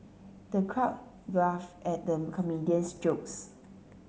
the crowd at the comedian's jokes